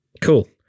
Cool